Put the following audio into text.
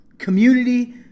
Community